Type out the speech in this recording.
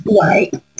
Right